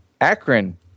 Akron